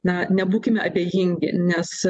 na nebūkime abejingi nes